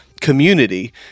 community